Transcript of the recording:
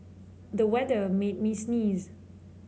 the weather made me sneeze